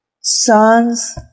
sons